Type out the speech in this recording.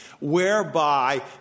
whereby